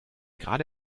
gerade